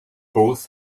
both